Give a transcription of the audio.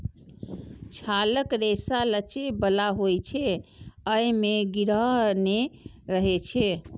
छालक रेशा लचै बला होइ छै, अय मे गिरह नै रहै छै